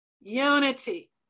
unity